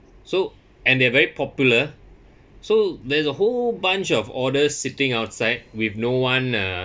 so and they're very popular so there's a whole bunch of order sitting outside with no one uh